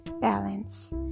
balance